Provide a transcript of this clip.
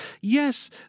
yes